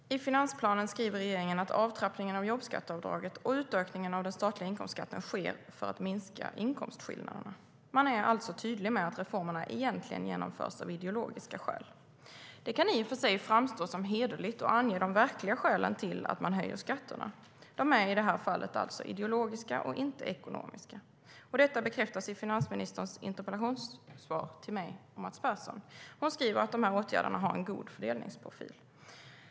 Fru talman! I finansplanen skriver regeringen att avtrappningen av jobbskatteavdraget och utökningen av den statliga inkomstskatten sker för att minska inkomstskillnaderna. Man är alltså tydlig med att reformerna egentligen genomförs av ideologiska skäl. Det kan i och för sig framstå som hederligt att ange de verkliga skälen till att man höjer skatterna. De är i det här fallet alltså ideologiska och inte ekonomiska. Detta bekräftas i finansministerns interpellationssvar till mig och Mats Persson. Hon skriver att de här åtgärderna har en "god fördelningsprofil".